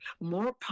more